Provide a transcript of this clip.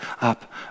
up